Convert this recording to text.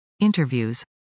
Interviews